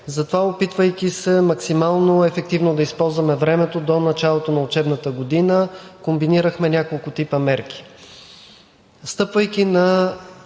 Затова, опитвайки се максимално ефективно да използваме времето до началото на учебната година, комбинирахме няколко типа мерки.